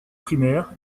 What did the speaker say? primaires